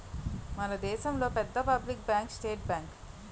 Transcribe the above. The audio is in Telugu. మన దేశంలో పెద్ద పబ్లిక్ బ్యాంకు స్టేట్ బ్యాంకు